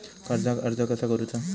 कर्जाक अर्ज कसा करुचा?